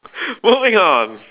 moving on